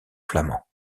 flamands